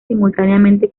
simultáneamente